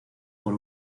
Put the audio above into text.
por